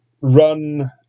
run